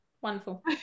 Wonderful